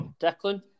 Declan